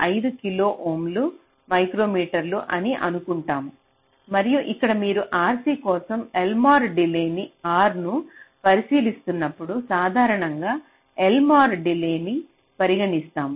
5 kilo ohm micrometer అని అనుకుంటాము మరియు ఇక్కడ మీరు RC కోసం ఎల్మోర్ డిలే R ను పరిశీలిస్తున్నప్పుడు సాధారణంగా ఎల్మోర్ డిలే న్ని పరిగణిస్తాము